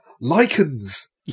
Lichens